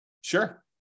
Sure